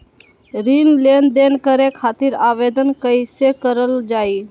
ऋण लेनदेन करे खातीर आवेदन कइसे करल जाई?